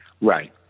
Right